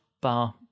bar